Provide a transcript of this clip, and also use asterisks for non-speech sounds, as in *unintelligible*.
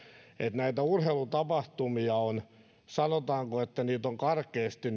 näitä urheilutapahtumia on sanotaanko karkeasti *unintelligible*